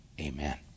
Amen